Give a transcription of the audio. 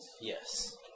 Yes